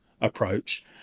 approach